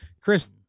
Chris